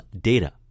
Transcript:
data